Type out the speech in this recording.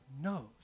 knows